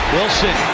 Wilson